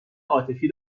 عاطفی